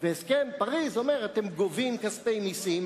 והסכם פריס אומר: אתם גובים כספי מסים,